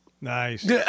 Nice